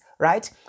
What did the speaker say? right